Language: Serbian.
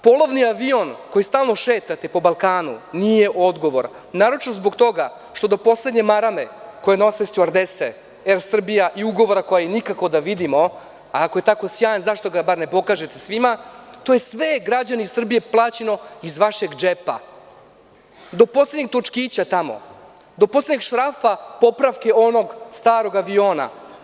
Polovni avion koji stalno šetate po Balkanu nije odgovor, naročito zbog toga što do poslednje marame koje nose stjuardese „Er Srbija“ i ugovora koji nikako da vidimo, a ako je tako sjajan zašto ga ne pokažete svima, to je sve građani Srbije plaćeno iz vašeg džepa, do poslednjeg šrafa popravke ovog starog aviona.